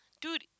Dude